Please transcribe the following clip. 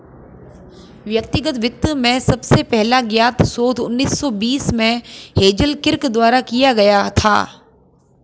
व्यक्तिगत वित्त में सबसे पहला ज्ञात शोध उन्नीस सौ बीस में हेज़ल किर्क द्वारा किया गया था